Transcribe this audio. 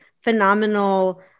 phenomenal